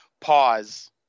pause